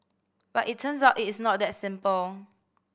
but it turns out it is not that simple